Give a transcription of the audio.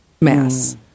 mass